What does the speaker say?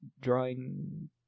drawing